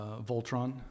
Voltron